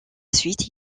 suite